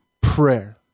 prayer